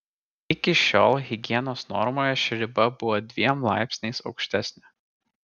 iki šiol higienos normoje ši riba buvo dviem laipsniais aukštesnė